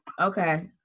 Okay